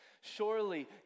Surely